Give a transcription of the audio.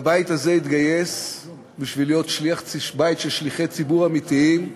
הבית הזה התגייס בשביל להיות בית של שליחי ציבור אמיתיים,